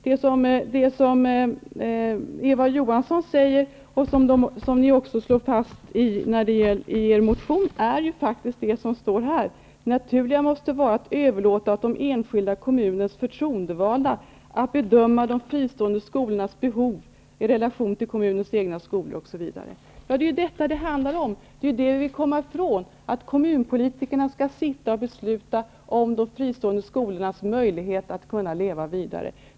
Det som Eva Johansson säger och som ni slår fast i er motion är ju det som står här: Det naturliga måste vara att överlåta åt de enskilda kommunernas förtroendevalda att bedöma de fristående skolornas behov i relation till kommunens egna skolor, osv. Det är detta som det handlar om. Vi vill komma ifrån att kommunpolitikerna skall sitta och besluta om de fristående skolornas möjlighet att leva vidare.